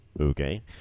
Okay